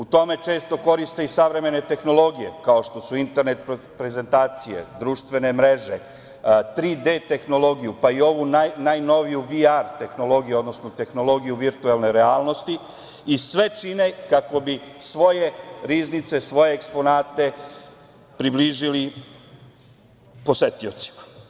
U tome često koriste i savremene tehnologije, kao što su internet prezentacije, društvene mreže, tri de tehnologiju, pa i ovu najnoviju, vi art tehnologiju, odnosno tehnologiju virtuelne realnosti i sve čine kako bi svoje riznice, svoje eksponate približili posetiocima.